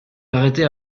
arrêtée